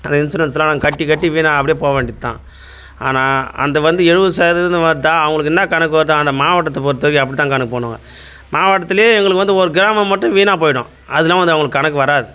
அது இன்சூரன்ஸ்லாம் கட்டி கட்டி வீணா அப்படியே போக வேண்டியதுதான் ஆனால் அந்த வந்து எழுபது சதவீதம் வருதா அவங்களுக்கு என்ன கணக்கு வருதோ அந்த மாவட்டத்தை பொறுத்தவரைக்கும் அப்படித்தான் கணக்கு பண்ணுவேன் மாவட்டத்தில் எங்களுக்கு வந்து ஒரு கிராமம் மட்டும் வீணாக போயிடும் அதெலாம் வந்து அவங்களுக்கு கணக்கு வராது